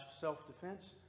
self-defense